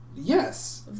Yes